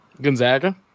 Gonzaga